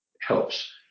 helps